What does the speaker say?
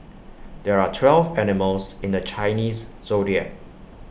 there are twelve animals in the Chinese Zodiac